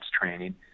training